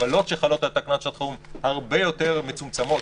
והמגבלות שחלות על תקנות שעת חירום הרבה יותר מצומצמות.